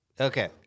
Okay